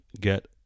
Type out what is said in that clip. get